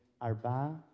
Arba